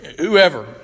whoever